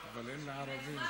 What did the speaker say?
אבל אין לה ערבים שם.